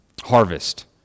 harvest